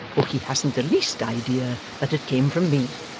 for he hasn't the least idea that it came from me